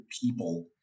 people